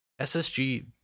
SSG